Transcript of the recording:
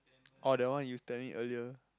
oh the one you telling earlier